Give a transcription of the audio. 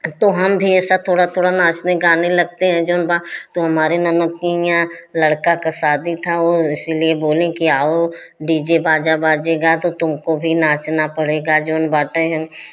तो हम भी एसा थोड़ा थोड़ा नाचते गाने लगते हैं जोन बा तो हमारे ननद की आं लड़का का शादी था तो ओ इसीलिए बोलें कि आओ डी जे बाजा बाजेगा तो तुमको भी नाचना पड़ेगा जोन बाटै हैं